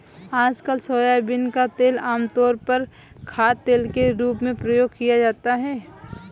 आजकल सोयाबीन का तेल आमतौर पर खाद्यतेल के रूप में प्रयोग किया जाता है